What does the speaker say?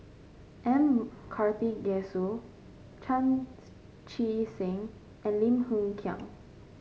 M Karthigesu Chan Chee Seng and Lim Hng Kiang